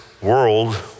world